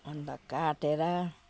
अन्त काटेर